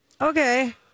okay